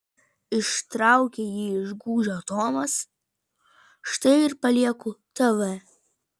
ištraukė jį iš gūžio tomas štai ir palieku tv